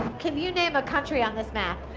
can you name a country on this map?